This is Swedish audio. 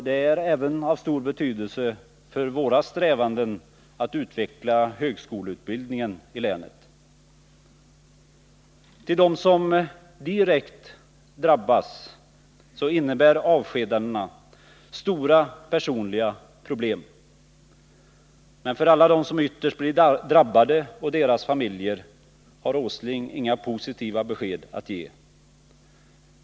Det är även av stor betydelse för våra strävanden att utveckla högskoleutbildningen i länet. Avskedandena innebär stora personliga problem för de drabbade. Men till dessa och deras familjer har Nils Åsling inga positiva besked att ge.